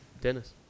Dennis